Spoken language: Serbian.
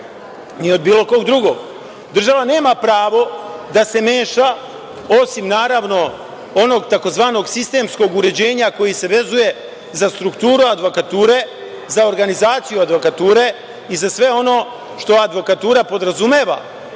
ni od bilo koga drugog. Država nema pravo da se meša, osim naravno onog tzv. sistemskog uređenja koji se vezuje za strukturu advokature, za organizaciju advokature i za sve ono što advokatura podrazumeva